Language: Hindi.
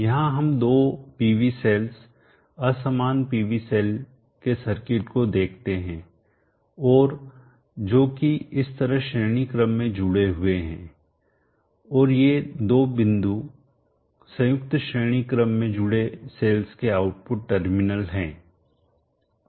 यहां हम दो PV सेल्स असमान PV सेल्स के सर्किट को देखते हैं और जो की इस तरह श्रेणी क्रम में जुड़े हुए हैं और ये दो बिंदु संयुक्त श्रेणी क्रम में जुड़े सेल्स के आउटपुट टर्मिनल हैं